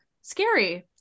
scary